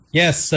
yes